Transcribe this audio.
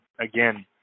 again